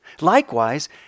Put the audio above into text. Likewise